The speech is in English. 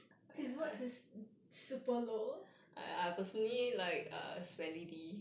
his votes is super low